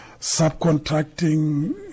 subcontracting